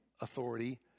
authority